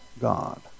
God